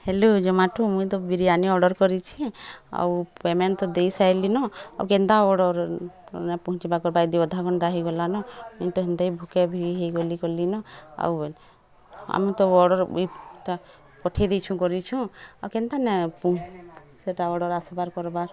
hello Zomato ମୁଇଁତ biryani order କରିଛି ଆଉ ପେମେଣ୍ଟ୍ତ ଦେଇ ସାଇଲିନ ଆଉ କେନ୍ତା ଅର୍ଡ଼ର୍ ପହଞ୍ଚିବା କରବା ଅଧ ଘଣ୍ଟା ହେଇଗଲାନ ମୁଇଁ ତ ହେମତି ଭୁକେଭି କଲିନ ଆଉ ଆମେ ତ ଅର୍ଡ଼ର୍ବି ପଠେଇ ଦେଇଛୁଁ କରିଛୁଁ ଆଉ କେନ୍ତା ନାଇଁ ସେଇଟା ଅର୍ଡ଼ର୍ ଆସିବାର୍ କରବାର୍